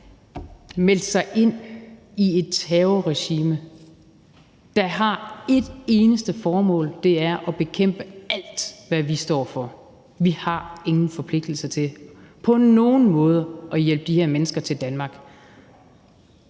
meldt sig ind i et terrorregime, der har ét eneste formål, og det er at bekæmpe alt, hvad vi står for. Vi har ingen forpligtelse til på nogen måde at hjælpe de her mennesker til Danmark.